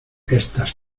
estas